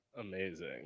amazing